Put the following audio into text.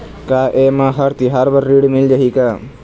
का ये मा हर तिहार बर ऋण मिल जाही का?